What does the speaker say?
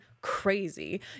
crazy